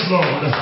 Lord